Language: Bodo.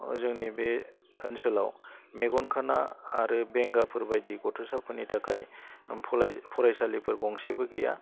जोंनि बे ओनसोलाव मेगन खाना आरो बेंगाफोरबायदि गथ'साफोरनि थाखाय फरायसालिफोर गंसेबो गैया